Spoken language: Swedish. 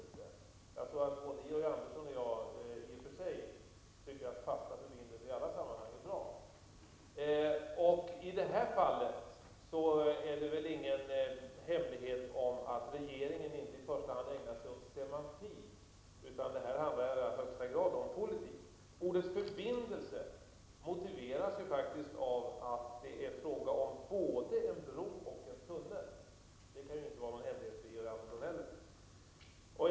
Jag tror att både Georg Andersson och jag i och för sig tycker att fasta förbindelser i alla sammanhang är bra. I det här fallet är det väl ingen hemlighet att regeringen inte i första hand ägnar sig åt semantik, utan det handlar här i allra högsta grad om politik. Ordet förbindelse motiveras faktiskt av att det är fråga om både en bro och en tunnel. Det kan inte vara någon hemlighet för Georg Andersson heller.